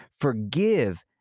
Forgive